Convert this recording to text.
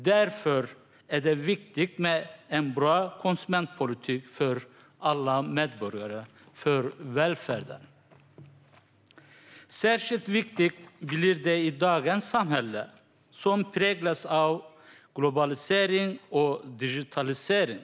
Därför är det viktigt med en bra konsumentpolitik för alla medborgare, för välfärden. Särskilt viktigt blir det i dagens samhälle, som präglas av globalisering och digitalisering.